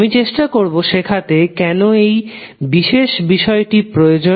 আমি চেষ্টা করবো শেখাতে কেন এই বিশেষ বিষয়টি প্রয়োজন